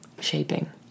shaping